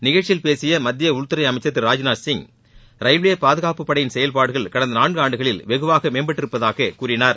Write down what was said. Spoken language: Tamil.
நிகழ்ச்சியில் பேசிய மத்திய உள்துறை அமைச்சர் திரு ராஜ்நாத்சிங் ரயில்வே பாதுகாப்புப்படையின் செயல்பாடுகள் கடந்த நான்காண்டுகளில் வெகுவாக மேம்பட்டிருப்பதாக கூறினார்